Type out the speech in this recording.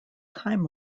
time